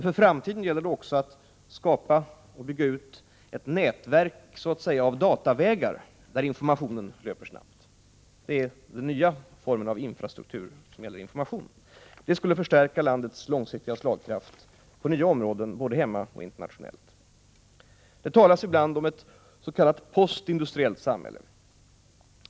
För framtiden gäller det också att skapa och bygga ut ett nätverk av datavägar där informationen löper snabbt. Detta är den nya formen av infrastruktur som gäller information. Det skulle förstärka landets långsiktiga slagkraft på nya områden både hemma och internationellt. Det talas ibland om ett s.k. postindustriellt samhälle.